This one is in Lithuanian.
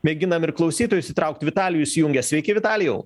mėginam ir klausytojus įtraukti vitalijus jungias sveiki vitalijau